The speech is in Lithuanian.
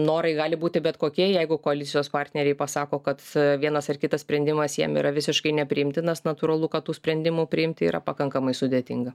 norai gali būti bet kokie jeigu koalicijos partneriai pasako kad vienas ar kitas sprendimas jiem yra visiškai nepriimtinas natūralu kad tų sprendimų priimti yra pakankamai sudėtinga